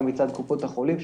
גם מצד קופות החולים,